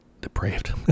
Depraved